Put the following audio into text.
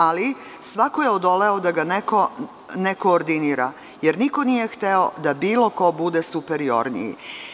Ali, svako je odoleo da ne koordinira, jer niko nije hteo da bilo ko bude superiorniji.